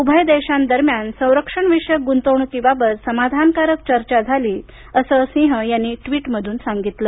उभय देशांदरम्यान संरक्षणविषयक गुंतवणूकीबाबत समाधानकारक चर्चा झाली असं सिंह यांनी ट्वीटमधून सांगितलं